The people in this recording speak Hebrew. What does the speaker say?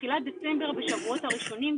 בתחילת דצמבר בשבועות הראשונים,